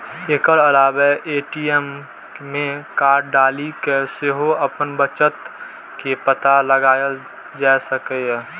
एकर अलावे ए.टी.एम मे कार्ड डालि कें सेहो अपन बचत के पता लगाएल जा सकैए